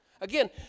Again